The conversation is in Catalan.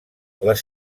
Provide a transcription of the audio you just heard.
les